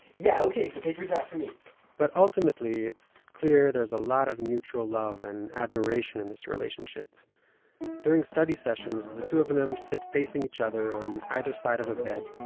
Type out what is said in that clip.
yeah ok. so paper is not for me but ultimately, it's clear there is a lot of mutual love and admiration in this relationship during study sessions the two of of them sit facing each other on either side of a bed,